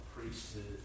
priesthood